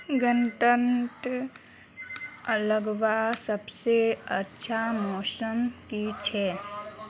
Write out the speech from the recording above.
गन्ना लगवार सबसे अच्छा मौसम की छे?